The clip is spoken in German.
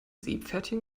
seepferdchen